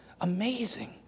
amazing